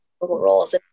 roles